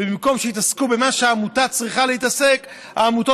ובמקום שיתעסקו במה שעמותה צריכה להתעסק בו העמותות